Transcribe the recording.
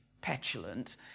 petulant